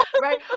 Right